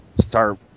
start